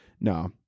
no